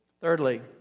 Thirdly